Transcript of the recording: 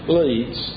leads